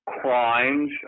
crimes